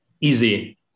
easy